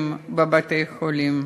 בבתי-חולים.